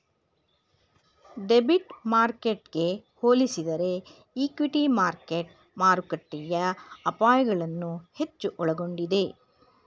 debit ಮಾರ್ಕೆಟ್ಗೆ ಹೋಲಿಸಿದರೆ equity market ಮಾರುಕಟ್ಟೆಯ ಅಪಾಯಗಳನ್ನು ಹೆಚ್ಚು ಒಳಗೊಂಡಿದೆ